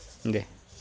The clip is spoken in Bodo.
दे